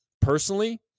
personally